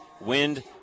wind